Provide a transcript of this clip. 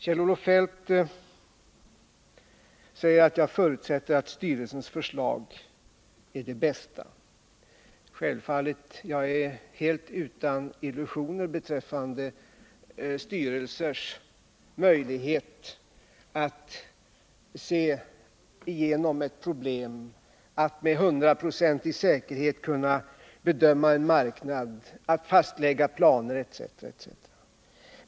Kjell-Olof Feldt säger att jag förutsätter att styrelsens förslag alltid är de bästa. Självfallet är jag helt utan illusioner beträffande styrelsers möjlighet att se igenom alla problem, att med hundraprocentig säkerhet kunna bedöma en marknad, att fastlägga planer etc.